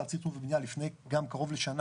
הארצית לתכנון ולבנייה לפני גם קרוב לשנה,